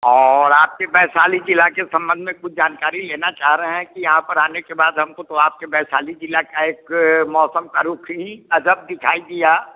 और आपके वैशाली ज़िले के संबंध में कुछ जानकारी लेना चाह रहे हैं कि यहाँ पर आने के बाद हमको तो आपके वैशाली ज़िला का एक मौसम का रूप ही अजब दिखाई दिया